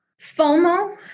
FOMO